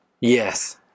Yes